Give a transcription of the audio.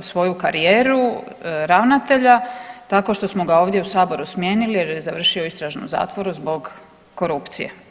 svoju karijeru ravnatelja tako što smo ga ovdje u Saboru smijenili jer je završio u istražnom zatvoru zbog korupcije.